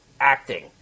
Acting